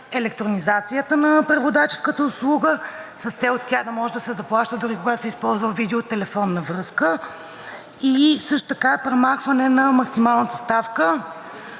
електронизацията на преводаческата услуга с цел тя да може да се заплаща, дори когато се използва видеотелефонна връзка и също така премахване на максималната ставка